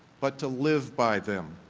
but to live by them.